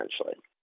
essentially